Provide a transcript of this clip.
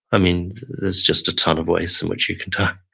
i mean, there's just a ton of ways in which you can die